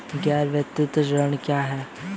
गैर वित्तीय ऋण क्या है?